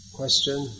question